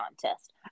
contest